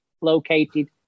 located